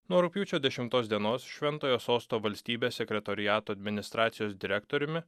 nuo rugpjūčio dešimtos dienos šventojo sosto valstybės sekretoriato administracijos direktoriumi